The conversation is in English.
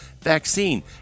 vaccine